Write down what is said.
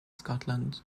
scotland